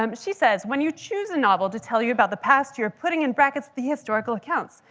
um she says, when you choose a novel to tell you about the past, you're putting in brackets the historical accounts,